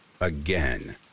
Again